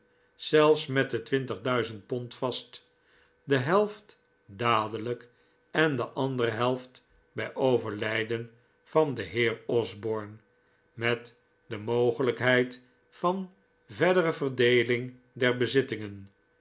zelfs met de twintig duizend pond vast de helft dadelijk en de andere helft bij overlijden van den heer osborne met de mogelijkheid van verdere verdeeling der bezittingen